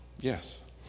yes